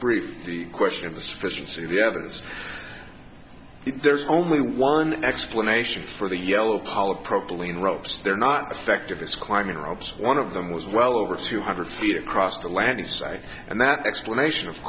brief the question of the presidency the evidence if there's only one explanation for the yellow pollack propylene ropes they're not affected his climbing ropes one of them was well over two hundred feet across the landing site and that explanation of